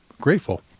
grateful